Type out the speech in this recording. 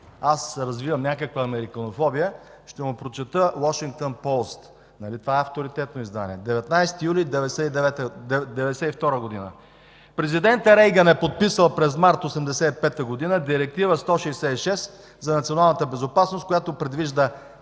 аз развивам някаква американофобия, ще му прочета „Уошингтън Пост” – нали това е авторитетно издание? – 19 юли 1992 г. „Президентът Рейгън е подписал през март 1985 г. Директива 166 за националната безопасност, която предвижда